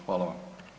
Hvala vam.